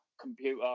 computer